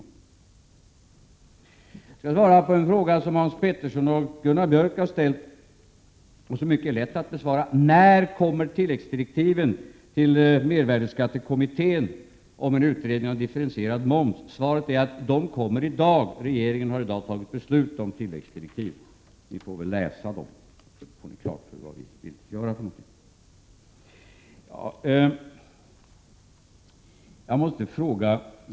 Jag skall svara på en fråga som Hans Petersson i Hallstahammar och Gunnar Björk har ställt och som är mycket lätt att besvara. De frågade om när mervärdeskattekommittén kommer att få tilläggsdirektiven om att utreda en differentierad moms. Svaret är att dessa direktiv kommer i dag. Regeringen har i dag fattat beslut om tilläggsdirektiv. Ni får väl läsa dem, så att ni får klart för er vad vi vill göra.